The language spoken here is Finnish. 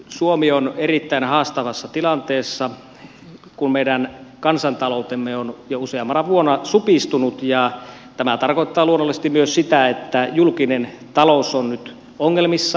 suomi on erittäin haastavassa tilanteessa kun meidän kansantaloutemme on jo useampana vuonna supistunut ja tämä tarkoittaa luonnollisesti myös sitä että julkinen talous on nyt ongelmissa